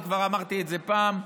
אני כבר אמרתי את זה פעם,